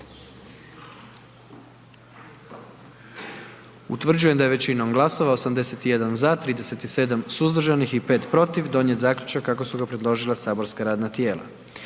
Utvrđujem da je većinom glasova 97 za, 19 suzdržanih donijet zaključak kako je predložilo matično saborsko radno tijelo.